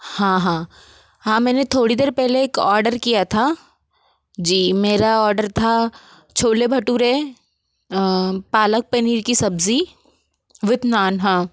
हाँ हाँ हाँ मैंने थोड़ी देर पहले एक ऑर्डर किया था जी मेरा ऑर्डर था छोले भटूरे पालक पनीर की सब्ज़ी वित नान हाँ